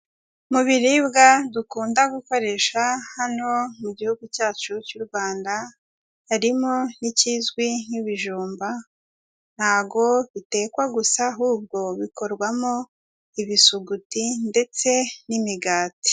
Mu biribwa dukunda gukoresha hano mu gihugu cyacu cy'u Rwanda, harimo n'ikizwi nk'ibijumba, ntago bitekwa gusa ahubwo bikorwamo ibisuguti ndetse n'imigati.